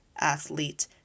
athlete